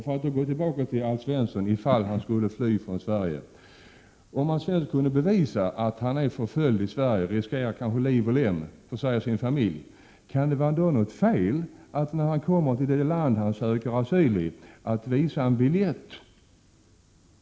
För att återgå till Alf Svensson för det fall han skulle tvingas fly från Sverige: Om Alf Svensson kunde bevisa att han är förföljd i Sverige och han och hans familj kanske riskerar liv och lem, kan det då vara något fel om han när han kommer till det land han söker asyl i får visa en biljett?